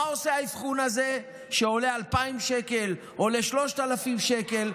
מה עושה האבחון הזה, שעולה 2,000 שקל, 3,000 שקל?